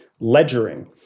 ledgering